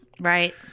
Right